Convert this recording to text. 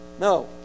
no